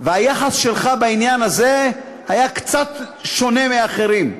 והיחס שלך בעניין הזה היה קצת שונה משל אחרים,